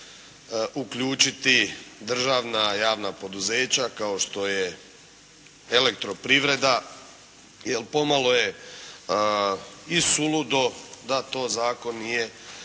uključiti državna javna poduzeća kao što je elektroprivreda, jer pomalo je i suludo da to zakon nije